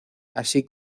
así